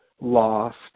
lost